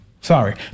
Sorry